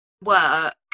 work